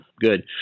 Good